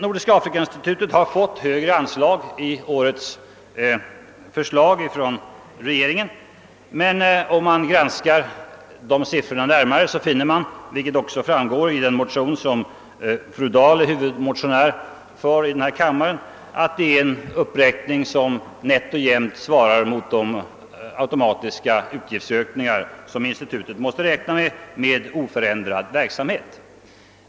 Nordiska afrikainstitutet föreslås få högre anslag i årets proposition. Men om man granskar siffrorna närmare finner man — vilket också framgår av den motion med fru Dahl som första namn som behandlas under förevarande punkt — att det är en uppräkning som nätt och jämnt svarar mot de automatiska utgiftsökningar som institutet måste räkna med vid oförändrad verksamhet.